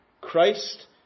Christ